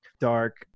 dark